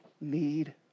need